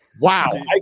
Wow